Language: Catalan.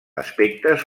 aspectes